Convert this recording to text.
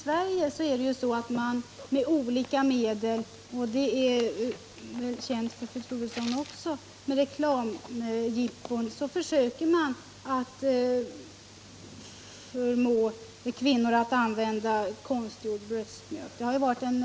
Herr talman! Det torde vara känt för fru Troedsson också, att man även i Sverige försöker att med olika reklamjippon osv. förmå kvinnor att använda konstgjord ersättning för bröstmjölk.